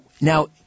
Now